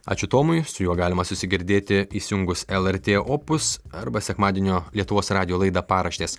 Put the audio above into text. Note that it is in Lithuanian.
ačiū tomui su juo galima susigirdėti įsijungus lrt opus arba sekmadienio lietuvos radijo laidą paraštės